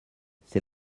c’est